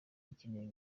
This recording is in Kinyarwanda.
ikeneye